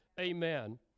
amen